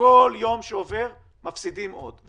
כל יום שעובר אתם מפסידים עוד,